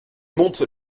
monte